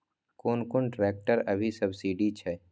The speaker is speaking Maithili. कोन कोन ट्रेक्टर अभी सब्सीडी छै?